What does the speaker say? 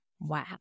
Wow